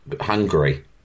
Hungary